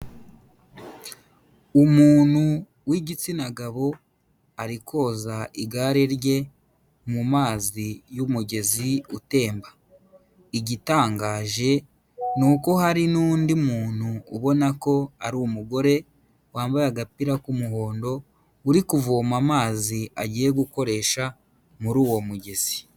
Umuntu w'igitsina gabo ari koza igare rye mu mazi y'umugezi utemba, igitangaje ni uko hari n'undi muntu ubona ko ari umugore wambaye agapira k'umuhondo uri kuvoma amazi agiye gukoresha muri uwo mugezi.